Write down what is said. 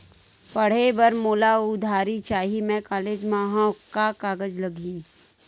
पढ़े बर मोला उधारी चाही मैं कॉलेज मा हव, का कागज लगही?